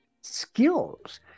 skills